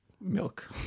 milk